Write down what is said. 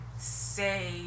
Say